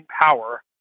power